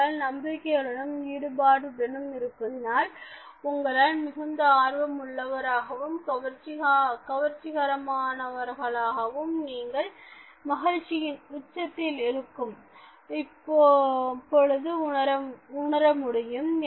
உங்களால் நம்பிக்கையுடனும் ஈடுபாட்டுடனும்இருப்பதினால் உங்களால் மிகுந்த ஆர்வம் உள்ளவர்களாகவும் கவர்ச்சிகரமாவர்களாகும் நீங்கள் மகிழ்ச்சியின் உச்சத்தில் இருக்கும் பொழுது உணர முடியும்